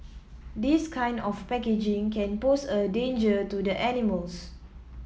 this kind of packaging can pose a danger to the animals